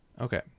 Okay